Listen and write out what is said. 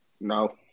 No